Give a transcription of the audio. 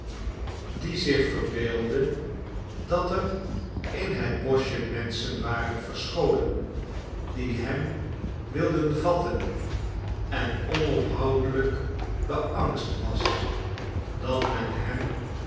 die zicti verbeeldde dat er in het boschje menschen waren verscholen die hem wilden vatten en onophoudelijk beangst was dat men hem